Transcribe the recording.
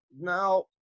Now